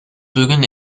bügeln